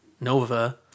Nova